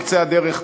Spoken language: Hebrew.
בקצה הדרך,